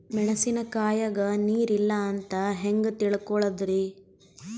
ಮೆಣಸಿನಕಾಯಗ ನೀರ್ ಇಲ್ಲ ಅಂತ ಹೆಂಗ್ ತಿಳಕೋಳದರಿ?